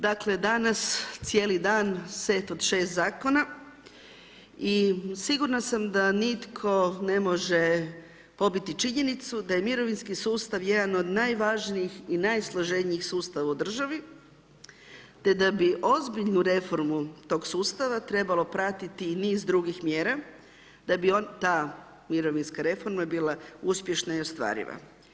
Dakle, danas cijeli dan set od 6 zakona i sigurna sam da nitko ne može pobiti činjenicu da mirovinski sustav jedan od najvažnijih i najsloženijih sustava u državi, te da bi ozbiljnu reformu tog sustavu trebalo pratiti i niz drugih mjera da bi ona, ta mirovinska reforma bila uspješna i ostvariva.